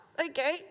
okay